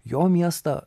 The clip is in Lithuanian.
jo miestą